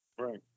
Right